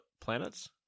planets